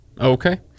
okay